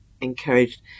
encouraged